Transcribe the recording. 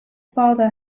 father